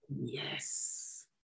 Yes